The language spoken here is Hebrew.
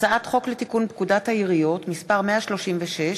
: הצעת חוק לתיקון פקודת העיריות (מס' 136),